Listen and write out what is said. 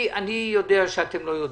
אני יודע שאתם לא יודעים.